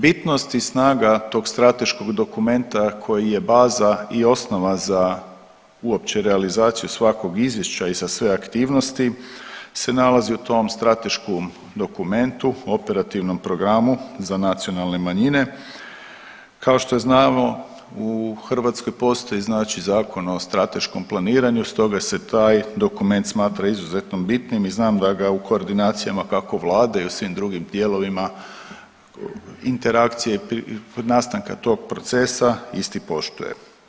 Bitnost i snaga tog strateškog dokumenta koji je baza i osnova za uopće realizaciju svakog izvješća i za sve aktivnosti se nalazi u tom strateškom dokumentu, operativnom programu za nacionalne manjine, kao što znamo, u Hrvatskoj postoji, znači Zakon o strateškom planiranju, stoga se taj dokument smatra izuzetno bitnim i znam da ga u koordinacijama, kako Vlade i u svim drugim dijelovima interakcije i nastanka tog procesa, isti poštuje.